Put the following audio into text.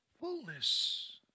fullness